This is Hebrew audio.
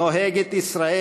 ישראל